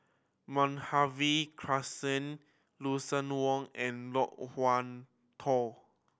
Madhavi Krishnan Lucien Wang and Loke Wan Tho